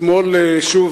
אתמול שוב,